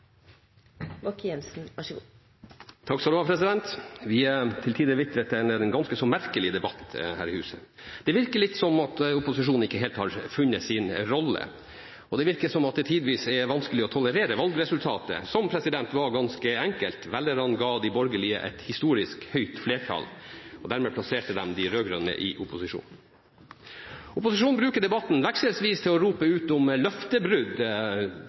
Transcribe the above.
en ganske så merkelig debatt her i huset. Det virker litt som om opposisjonen ikke helt har funnet sin rolle, og som om det tidvis er vanskelig å tolerere valgresultatet, som var ganske enkelt: Velgerne ga de borgerlige et historisk høyt flertall, og dermed plasserte de de rød-grønne i opposisjon. Opposisjonen bruker debatten vekselsvis til å rope ut om utallige løftebrudd